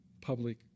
public